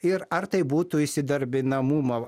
ir ar tai būtų įsidarbinamumo